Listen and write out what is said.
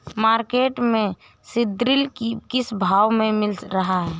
Market में सीद्रिल किस भाव में मिल रहा है?